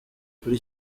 kuri